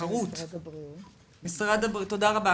תחרות...תודה רבה.